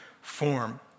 form